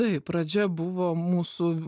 taip pradžia buvo mūsų